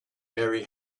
mary